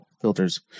filters